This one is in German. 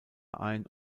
ein